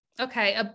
Okay